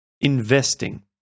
investing